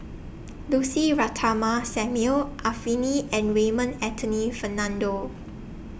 Lucy Ratnammah Samuel Arifini and Raymond Anthony Fernando